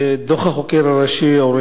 דוח החוקר הראשי במשרד התחבורה,